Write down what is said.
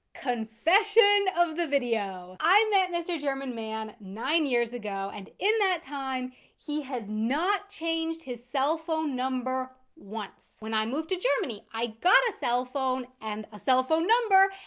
confession of the video. i met mr. german man nine years ago and in that time he has not changed his cell phone number once. when i moved to germany i got a cell phone and a cell phone number.